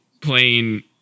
playing